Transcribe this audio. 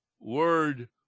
word